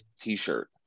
t-shirt